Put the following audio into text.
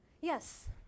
Yes